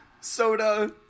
soda